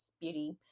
beauty